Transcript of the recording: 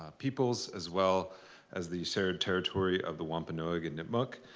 peoples as well as the shared territory of the wampanoag and nipmuc.